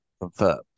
confirmed